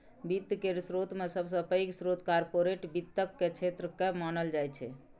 वित्त केर स्रोतमे सबसे पैघ स्रोत कार्पोरेट वित्तक क्षेत्रकेँ मानल जाइत छै